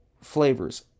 flavors